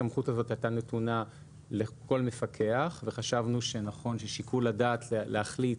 הסמכות הזאת הייתה נתונה לכל מפקח וחשבנו שנכון ששיקול הדעת להחליט